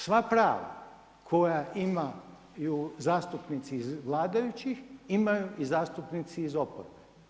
Sve sva prava, koja imaju zastupnici iz vladajućih imaju i zastupnici iz oporbe.